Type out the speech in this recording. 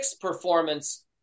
performance